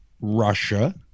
russia